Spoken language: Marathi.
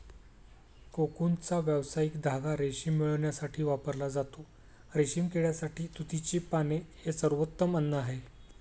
कोकूनचा व्यावसायिक धागा रेशीम मिळविण्यासाठी वापरला जातो, रेशीम किड्यासाठी तुतीची पाने हे सर्वोत्तम अन्न आहे